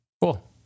Cool